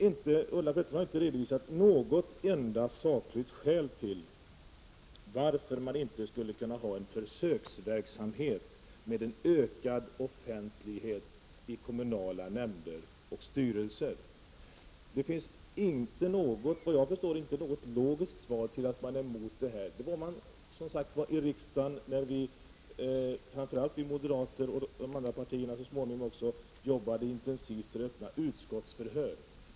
Ulla Pettersson har inte redovisat något enda sakligt skäl till att man inte skulle kunna ha försöksverksamhet med ökad offentlighet i kommunala nämnder och styrelser. Det finns enligt vad jag förstår inte någon logisk förklaring till att man är emot det. Det var man när vi moderater och så småningom också andra partier jobbade intensivt för öppna utskottsförhör i riksdagen.